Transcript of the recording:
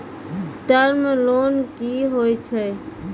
Term loan कि होय छै?